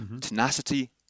tenacity